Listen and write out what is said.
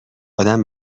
ادم